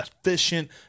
efficient